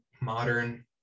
modern